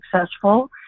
successful